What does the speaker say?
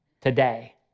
today